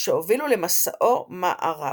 שהובילו למסעו מערבה.